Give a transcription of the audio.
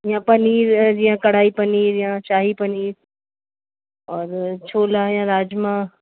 या पनीर जीअं कढ़ाई पनीर या शाही पनीर और छोला या राजमा